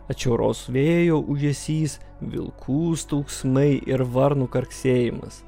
atšiauraus vėjo ūžesys vilkų stūgsmai ir varnų karksėjimas